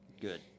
Good